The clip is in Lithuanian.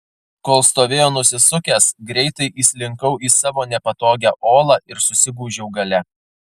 kol stovėjo nusisukęs greitai įslinkau į savo nepatogią olą ir susigūžiau gale